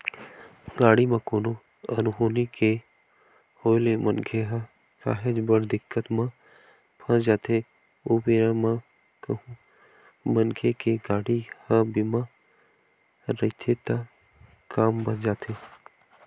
गाड़ी म कोनो अनहोनी के होय ले मनखे ह काहेच बड़ दिक्कत म फस जाथे ओ बेरा म कहूँ मनखे के गाड़ी ह बीमा रहिथे त काम बन जाथे